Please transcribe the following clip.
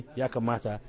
yakamata